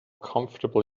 comfortable